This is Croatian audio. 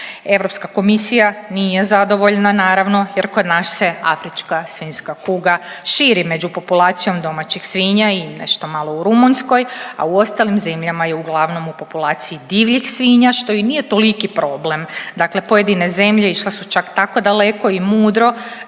Europska komisija nije zadovoljna naravno jer kod nas se afrička svinjska kuga širi među populacijom domaćih svinja i nešto malo u Rumunjskoj, a u ostalim zemljama je uglavnom u populacija divljih svinja što i nije toliki problem. Dakle, pojedine zemlje išle su čak tako daleko i mudro